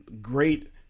great